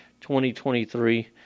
2023